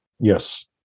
Yes